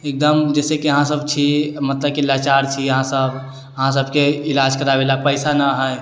एकदम जइसे कि अहाँ सब छी मतलब कि लाचार छी अहाँसब अहाँ सबके इलाज कराबैले पैसा नहि हइ